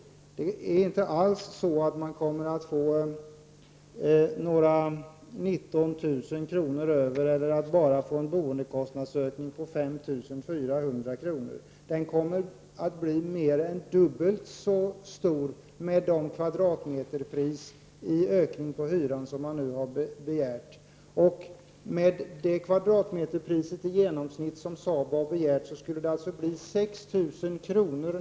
Man kommer inte alls att få några 19 000 kr. över eller bara en boendekostnadsökning på 5 400 kr. Den kommer att bli mer än dubbelt så stor med det kvadratmeterpris i ökning på hyran som man nu har begärt. Med det kvadratmeterpris i genomsnitt som SABO har begärt skulle det alltså bli 6 000 kr.